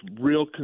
real